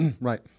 right